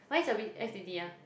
when's your b_f_t_t ah